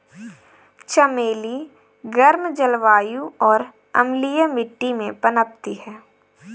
चमेली गर्म जलवायु और अम्लीय मिट्टी में पनपती है